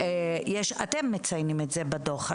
אתם מציינים את זה בדוח.